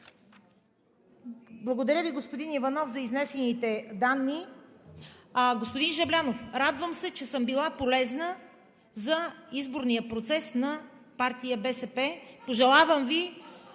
Благодаря Ви, господин Иванов, за изнесените данни. Господин Жаблянов, радвам се, че съм била полезна за изборния процес на партия БСП. (Смях